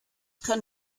kann